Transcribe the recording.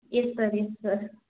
yes sir yes sir